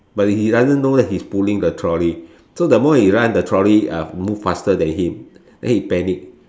but he doesn't know that he's pulling the trolley so the more he run the trolley ah move faster than him then he panic